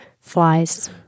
flies